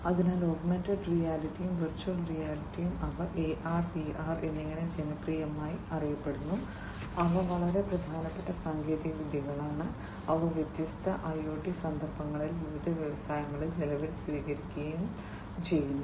അതിനാൽ ഓഗ്മെന്റഡ് റിയാലിറ്റിയും വെർച്വൽ റിയാലിറ്റിയും അവ AR VR എന്നിങ്ങനെ ജനപ്രിയമായി അറിയപ്പെടുന്നു അവ വളരെ പ്രധാനപ്പെട്ട സാങ്കേതിക വിദ്യകളാണ് അവ വ്യത്യസ്ത IoT സന്ദർഭങ്ങളിൽ വിവിധ വ്യവസായങ്ങളിൽ നിലവിൽ സ്വീകരിക്കുകയും സ്വീകരിക്കുകയും ചെയ്യുന്നു